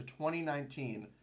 2019